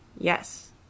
Yes